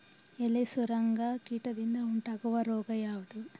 ಎಲೆ ಸುರಂಗ ಕೀಟದಿಂದ ಉಂಟಾಗುವ ರೋಗ ಯಾವುದು?